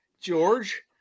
George